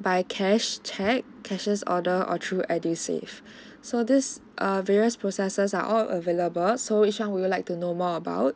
by cash cheque cashier's order or through edusave so these err various processes are all available so which one would you like to know more about